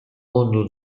mondo